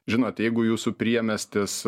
žinot jeigu jūsų priemiestis